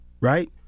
Right